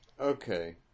Okay